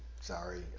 sorry